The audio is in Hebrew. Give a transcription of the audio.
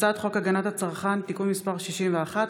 הצעת חוק הגנת הצרכן (תיקון מס' 61),